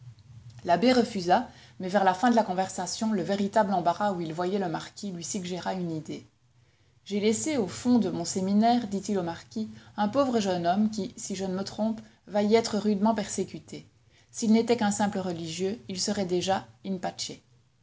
l'abbé refusa mais vers la fin de la conversation le véritable embarras où il voyait le marquis lui suggéra une idée j'ai laissé au fond de mon séminaire dit-il au marquis un pauvre jeune homme qui si je ne me trompe va y être rudement persécuté s'il n'était qu'un simple religieux il serait déjà in